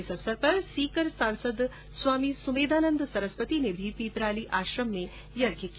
इस अवसर पर सीकर सांसद स्वामी सुमेधानन्द सरस्वती ने भी पिपराली आश्रम में यज्ञ किया